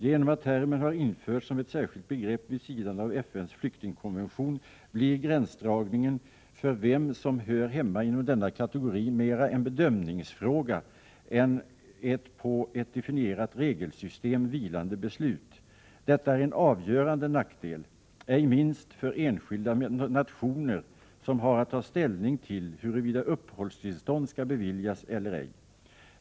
Genom att termen har införts som ett särskilt begrepp vid sidan av FN:s flyktingkonvention blir gränsdragningen för vem som hör hemma inom denna kategori mera en bedömningsfråga än ett på ett definierat regelsystem vilande beslut. Detta är en avgörande nackdel, ej minst för enskilda nationer som har att ta ställning till huruvida uppehållstillstånd skall beviljas eller ej.